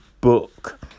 book